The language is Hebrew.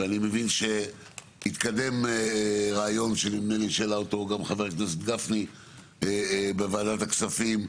ואני מבין שהתקדם רעיון שהעלה אותו גם חבר הכנסת גפני בוועדת הכספים,